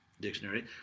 dictionary